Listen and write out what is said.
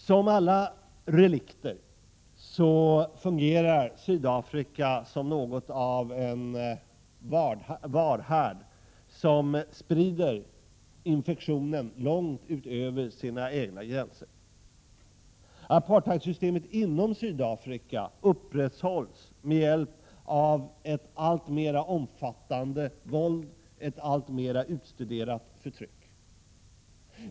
Som alla relikter fungerar Sydafrika som något av en varhärd, som sprider infektionen långt utöver sina egna gränser. Apartheidsystemet inom Sydafrika upprätthålls med hjälp av alltmer omfattande våld, alltmer utstuderat förtryck.